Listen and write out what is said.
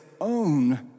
own